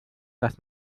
dass